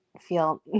feel